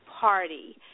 party